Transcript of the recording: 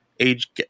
Age